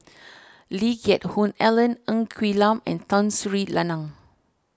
Lee Geck Hoon Ellen Ng Quee Lam and Tun Sri Lanang